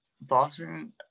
boston